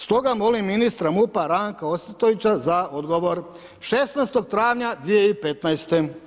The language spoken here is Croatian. Stoga molim ministra MUP-a Ranka Ostojića, za odgovor, 16. travnja 2015.